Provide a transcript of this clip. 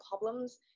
problems